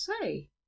say